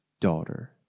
daughter